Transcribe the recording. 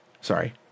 Sorry